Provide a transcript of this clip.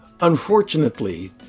Unfortunately